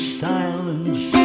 silence